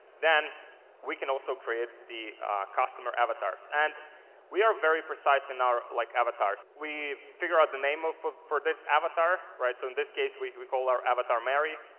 then we can also create the customer avatars. and we are very precise in our like avatars. we figure out the name ah for for this avatar right. so in this case, we we call our avatar mary.